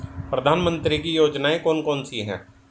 प्रधानमंत्री की योजनाएं कौन कौन सी हैं?